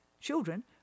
Children